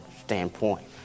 standpoint